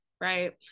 right